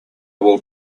will